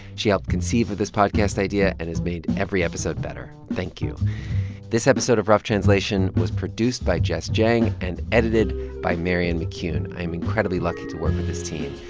she helped conceive of this podcast idea and has made every episode better. thank you this episode of rough translation was produced by jess jiang and edited by marianne mccune. i am incredibly lucky to work with this team.